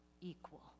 equal